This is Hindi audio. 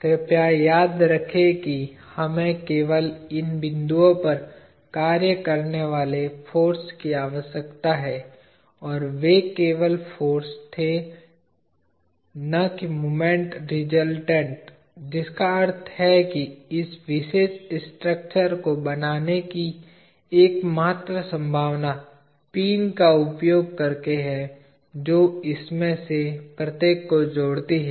कृपया याद रखें कि हमें केवल इन बिंदुओं पर कार्य करने वाले फाॅर्स की आवश्यकता है और वे केवल फाॅर्स थे न कि मोमेंट रिजल्टेंट जिसका अर्थ है कि इस विशेष स्ट्रक्चर को बनाने की एकमात्र संभावना पिन का उपयोग करके है जो इसमें से प्रत्येक को जोड़ती है